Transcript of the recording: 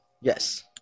Yes